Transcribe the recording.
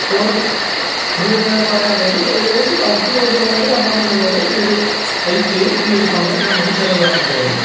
അപ്പോൾ ഇത് തന്നെയാണ് പറയാനുള്ളത് ഏകദേശം അടുത്തൂന്ന് വരുകയാണെങ്കിൽ ഞാൻ പറഞ്ഞതുപോലെ ഈയൊരു പൈസയും ഈയൊരു സമയവും നമുക്ക് ചിലവാക്കേണ്ടി വരും